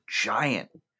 giant